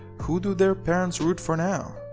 who do their parents root for now?